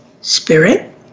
Spirit